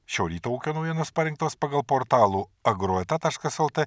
šio ryto ūkio naujienos parinktos pagal portalų agroeta taškas lt